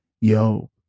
yo